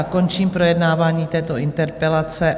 Končím projednávání této interpelace.